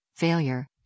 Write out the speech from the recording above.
failure